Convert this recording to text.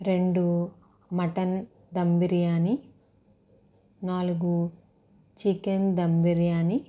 రెండు మటన్ ధమ్ బిర్యానీ నాలుగు చికెన్ ధమ్ బిర్యానీ